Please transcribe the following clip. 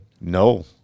No